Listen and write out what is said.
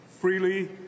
freely